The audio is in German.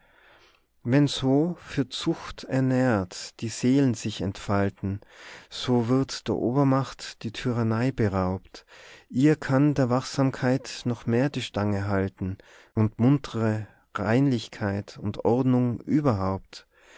wenn so für zucht ernährt die seelen sich entfalten so wird der obermacht die tyrannei beraubt ihr kann die wachsamkeit noch mehr die stange halten und muntre reinlichkeit und ordnung überhaupt